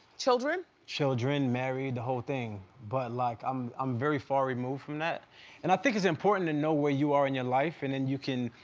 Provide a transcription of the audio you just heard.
children? children, married, the whole thing. but like um i'm very far removed from that and i think it's important to know where you are in your life and then and you can,